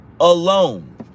alone